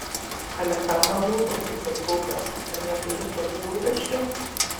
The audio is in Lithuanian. ale kam man rūpintis dėl gaubio ar neturiu savų rūpesčių